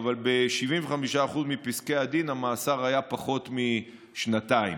ב-75% מפסקי הדין המאסר היה פחות משנתיים.